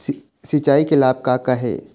सिचाई के लाभ का का हे?